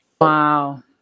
Wow